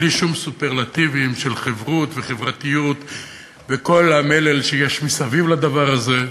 בלי שום סופרלטיבים של חברוּת וחברתיות וכל המלל שיש מסביב לדבר הזה,